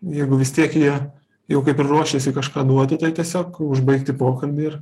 jeigu vis tiek jie jau kaip ir ruošiasi kažką duoti tai tiesiog užbaigti pokalbį ir